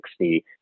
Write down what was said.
60